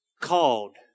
called